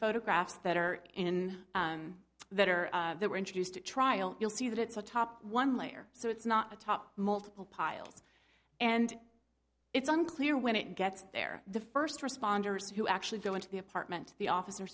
photographs that are in that are there were introduced at trial you'll see that it's a top one layer so it's not a top multiple piles and it's unclear when it gets there the first responders who actually go into the apartment the officers